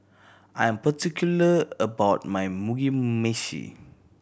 I am particular about my Mugi Meshi